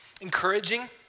Encouraging